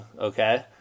okay